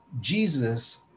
Jesus